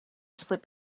slip